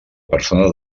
persona